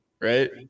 right